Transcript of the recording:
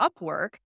Upwork